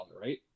right